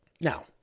Now